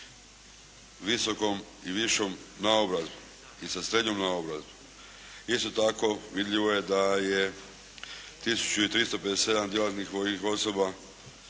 sa visokom i višom naobrazbom i sa srednjom naobrazbom. Isto tako, vidljivo je da je tisuću 357 djelatnih vojnih osoba